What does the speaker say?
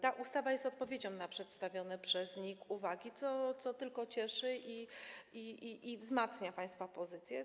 Ta ustawa jest odpowiedzią na przedstawione przez NIK uwagi, co tylko cieszy i i wzmacnia państwa pozycję.